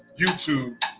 YouTube